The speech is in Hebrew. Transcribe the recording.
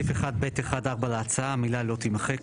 בסעיף 1(ב1)(4) להצעה המילה 'לא' תימחק.